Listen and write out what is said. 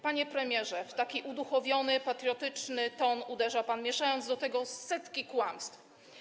Panie premierze, w taki uduchowiony, patriotyczny ton uderza pan, mieszając do tego setki kłamstw.